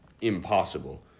impossible